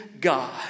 God